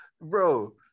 Bro